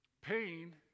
pain